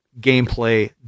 gameplay